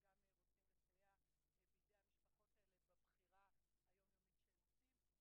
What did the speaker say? וגם רוצים לסייע בידי המשפחות האלה בבחירה היומיומית שהם עושים.